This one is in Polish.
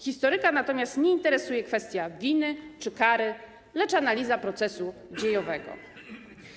Historyka natomiast nie interesuje kwestia winy czy kary, lecz analiza procesu dziejowego.